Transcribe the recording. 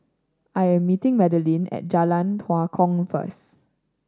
I am meeting Madeleine at Jalan Tua Kong first